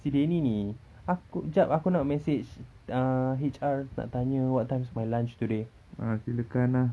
si dia ni ni aku jap aku nak message err H_R nak tanya what time is my lunch today